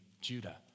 Judah